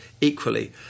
equally